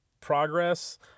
progress